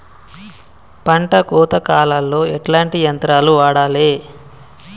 పంట కోత కాలాల్లో ఎట్లాంటి యంత్రాలు వాడాలే?